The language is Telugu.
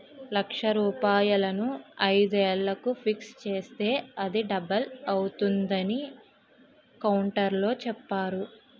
లక్ష రూపాయలను ఐదు ఏళ్లకు ఫిక్స్ చేస్తే అది డబుల్ అవుతుందని కౌంటర్లో చెప్పేరు